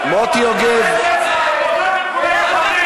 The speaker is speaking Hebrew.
אוסקוט, אוסקוט,